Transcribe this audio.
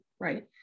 right